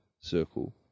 circle